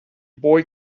boy